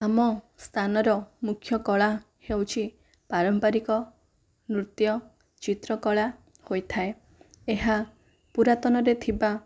ଆମ ସ୍ଥାନର ମୁଖ୍ୟ କଳା ହେଉଛି ପାରମ୍ପରିକ ନୃତ୍ୟ ଚିତ୍ରକଳା ହୋଇଥାଏ ଏହା ପୁରାତନରେ ଥିବା